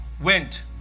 went